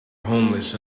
homeless